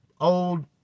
old